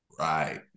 Right